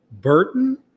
Burton